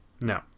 No